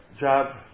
job